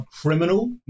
criminal